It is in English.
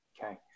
Okay